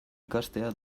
ikastea